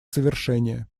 совершение